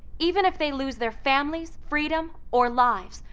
even if they lose their families, freedom or lives,